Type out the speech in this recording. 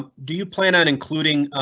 do you plan on including